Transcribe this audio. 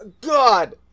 God